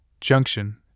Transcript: junction